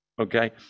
Okay